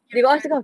year one